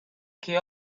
che